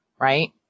Right